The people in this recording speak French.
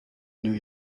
new